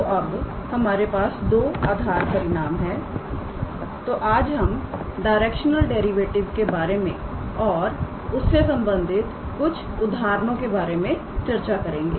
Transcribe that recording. तो अब हमारे पास दो आधार परिणाम है तो आज हम डायरेक्शनल डेरिवेटिव के बारे में और उससे संबंधित कुछ उदाहरणों के बारे में चर्चा करेंगे